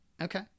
Okay